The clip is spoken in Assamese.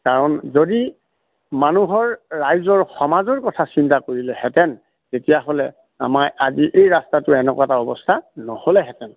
কাৰণ যদি মানুহৰ ৰাইজৰ সমাজৰ কথা চিন্তা কৰিলেহেঁতেন তেতিয়াহ'লে আমাৰ আজি এই ৰাস্তাটো এনেকুৱা এটা অৱস্থা নহ'লেহেঁতেন